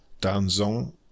danzon